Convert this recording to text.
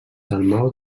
dalmau